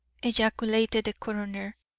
ejaculated the coroner.